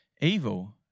evil